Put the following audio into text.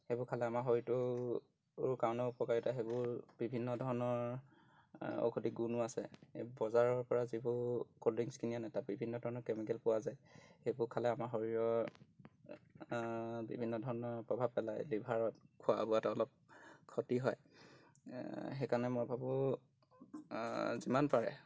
সেইবোৰ খালে আমাৰ শৰীৰটোৰ কাৰণেও উপকাৰিত সেইবোৰ বিভিন্ন ধৰণৰ ঔষধি গুণো আছে বজাৰৰ পৰা যিবোৰ ক'ল্ড ড্ৰিংক্স কিনি আনে তাত বিভিন্ন ধৰণৰ কেমিকেল পোৱা যায় সেইবোৰ খালে আমাৰ শৰীৰৰ বিভিন্ন ধৰণৰ প্ৰভাৱ পেলাই লিভাৰত খোৱা বোৱাত অলপ ক্ষতি হয় সেইকাৰণে মই ভাবোঁ যিমান পাৰে